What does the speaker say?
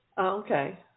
Okay